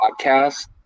podcast